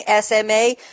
SMA